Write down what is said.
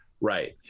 Right